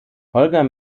holger